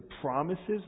promises